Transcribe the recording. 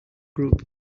group